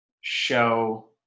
show